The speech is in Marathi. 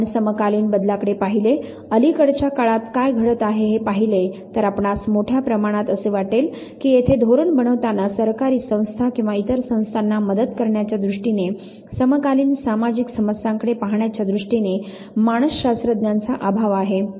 जर आपण समकालीन बदलाकडे पाहिले अलिकडच्या काळात काय घडत आहे हे पाहिले तर आपणास मोठ्या प्रमाणात असे वाटेल की येथे धोरण बनवताना सरकारी संस्था किंवा इतर संस्थांना मदत करण्याच्या दृष्टीने समकालीन सामाजिक समस्यांकडे पाहण्याच्या दृष्टीने मानसशास्त्रज्ञांचा अभाव आहे